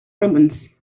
ribbons